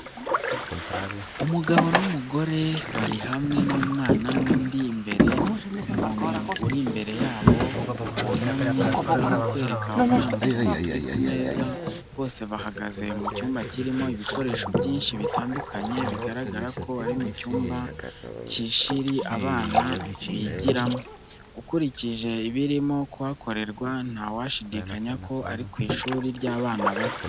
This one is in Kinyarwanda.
Umugabo n'umugore barihamwe numwana nundi imbere muntu uri imbere yabo wunamye urimo kwereka umwana utuntu turi kumeza bose bahagaze mucyumba kirimo ibikoresho byinshi bitandukanye bigaragara ko arimucyumba kishiri abana binxuke bigiramo . ukurikije ibirimo kuhakorerwa ntawashidikanya ko arikwishuri ryabana bato.